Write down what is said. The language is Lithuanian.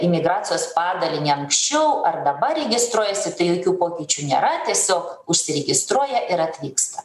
į migracijos padalinį anksčiau ar dabar registruojasi tai jokių pokyčių nėra tiesiog užsiregistruoja ir atvyksta